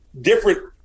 different